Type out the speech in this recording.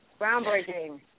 Groundbreaking